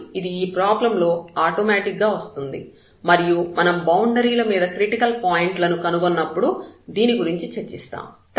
కానీ ఇది ఈ ప్రాబ్లం లో ఆటోమేటిక్ గా వస్తుంది మరియు మనం బౌండరీల మీద క్రిటికల్ పాయింట్లను కనుగొన్నప్పుడు దీని గురించి చర్చిస్తాము